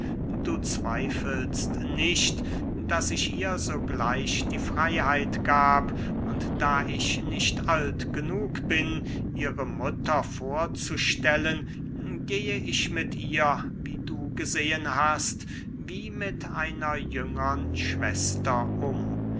du zweifelst nicht daß ich ihr sogleich die freyheit gab und da ich nicht alt genug bin ihre mutter vorzustellen gehe ich mit ihr wie du gesehen hast wie mit einer jüngern schwester um